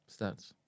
stats